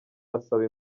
asaba